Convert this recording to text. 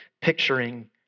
picturing